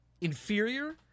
inferior